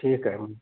ठीक आहे मग